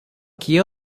କିଏ